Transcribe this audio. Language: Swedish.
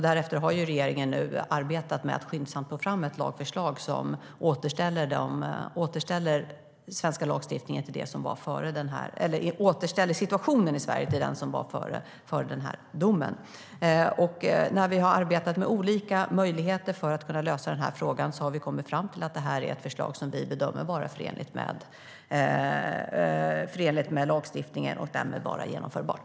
Därefter har regeringen arbetat med att skyndsamt få fram ett lagförslag som återställer situationen i Sverige till hur det var före domen. När vi har arbetat med olika möjligheter för att lösa denna fråga har vi kommit fram till bedömningen att förslaget är förenligt med lagstiftningen och därmed genomförbart.